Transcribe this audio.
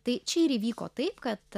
tai čia ir įvyko taip kad